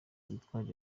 yitwaga